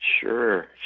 Sure